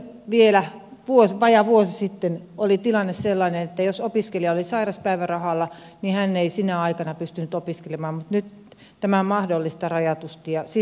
vielä vajaa vuosi sitten oli tilanne sellainen että jos opiskelija oli sairauspäivärahalla niin hän ei sinä aikana pystynyt opiskelemaan mutta nyt tämä on mahdollista rajatusti